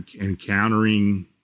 encountering